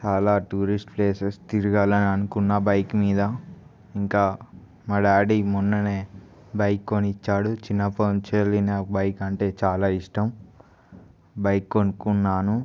చాలా tourist places తిరగాలని అనుకున్న బైక్ మీద ఇంకా మా డాడీ మొన్ననే బైక్ కొనిచ్చాడు చిన్నప్పటి నుంచెల్లి నాకు బైక్ అంటే చాలా ఇష్టం బైక్ కొనుకున్నాను